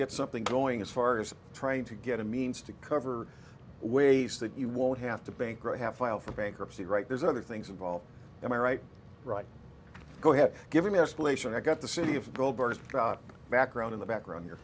get something going as far as trying to get a means to cover ways that you won't have to bankrupt have filed for bankruptcy right there's other things involved am i right right go ahead give me escalation i've got the city of gold bars background in the background you're